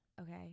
okay